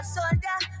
Soldier